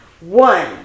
One